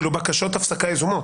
בקשות הפסקה יזומות.